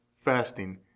fasting